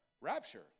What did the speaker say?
rapture